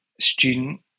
student